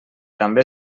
també